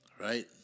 right